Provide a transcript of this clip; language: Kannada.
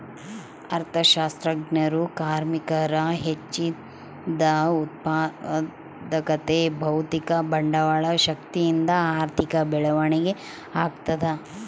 ಅರ್ಥಶಾಸ್ತ್ರಜ್ಞರು ಕಾರ್ಮಿಕರ ಹೆಚ್ಚಿದ ಉತ್ಪಾದಕತೆ ಭೌತಿಕ ಬಂಡವಾಳ ಶಕ್ತಿಯಿಂದ ಆರ್ಥಿಕ ಬೆಳವಣಿಗೆ ಆಗ್ತದ